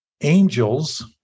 Angels